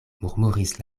murmuris